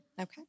Okay